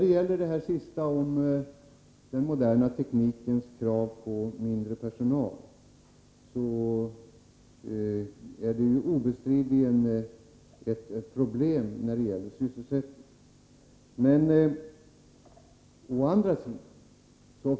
Beträffande det sista kommunikationsministern sade, om den moderna teknikens krav på mindre personal, vill jag säga att detta obestridligen innebär ett problem när det gäller sysselsättningen.